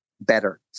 better